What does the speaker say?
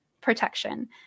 protection